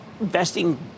investing